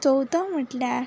चवथो म्हटल्या